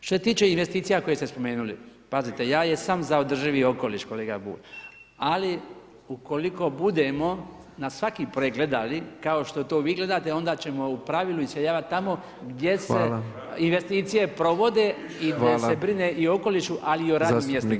Što se tiče investicija koje ste spomenuli, pazite ja jesam za održivi okoliš, kolega Bulj ali ukoliko budemo na svaki projekt gledali kao što vi gledate, onda ćemo u pravilu iseljavati tamo gdje se investicije provode i gdje se brine i o okolišu ali i o radnim mjestima.